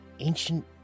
Ancient